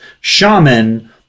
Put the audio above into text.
shaman